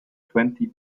twenty